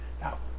Now